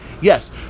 yes